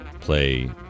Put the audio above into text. play